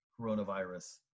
coronavirus